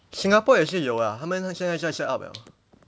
singapore 也是有啦他们现在在 set up liao